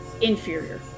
inferior